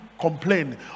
complain